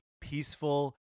peaceful